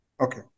Okay